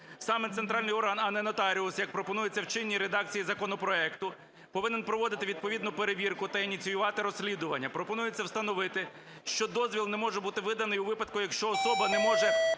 Саме центральний орган, а не нотаріус, як пропонується в чинній редакції законопроекту, повинен проводити відповідну перевірку та ініціювати розслідування. Пропонується встановити, що дозвіл не може бути виданий у випадку, якщо особа не може